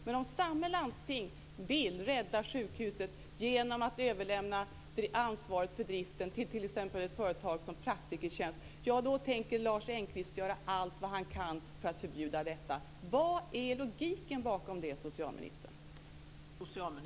Men om samma landsting vill rädda sjukhuset genom att överlämna ansvaret för driften till exempelvis ett företag som Praktikertjänst, då tänker Lars Engqvist göra allt han kan för att förbjuda detta. Vad är logiken bakom det, socialministern?